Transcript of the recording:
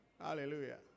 Hallelujah